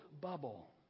bubble